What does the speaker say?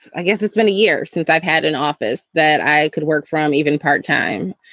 i guess it's been a year since i've had an office that i could work from even part time.